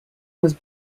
was